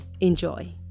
enjoy